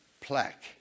plaque